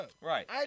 Right